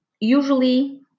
usually